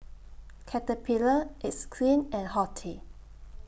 Caterpillar It's Skin and Horti